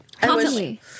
Constantly